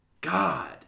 God